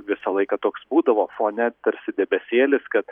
visą laiką toks būdavo fone tarsi debesėlis kad